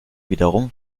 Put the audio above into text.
wiederum